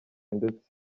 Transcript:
ndetse